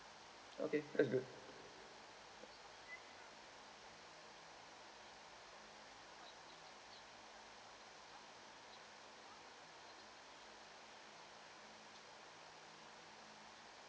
okay that's good